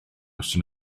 noson